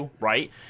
right